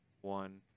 one